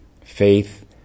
Faith